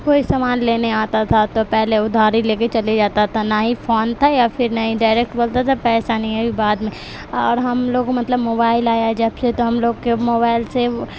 کوئی سامان لینے آتا تھا تو پہلے ادھاری لے کے چلے جاتا تھا نہ ہی فون تھا یا پھر نہ ہی ڈائریکٹ بولتا تھا پیسہ نہیں ہے بعد میں اور ہم لوگ مطلب موبائل آیا ہے جب سے تو ہم لوگ کے موبائل سے